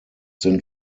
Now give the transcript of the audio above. sind